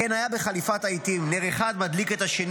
"כן היה בחליפת העיתים, נר אחד מדליק את השני.